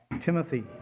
Timothy